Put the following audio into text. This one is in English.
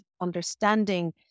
understanding